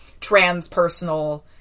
transpersonal